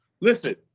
Listen